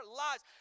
lives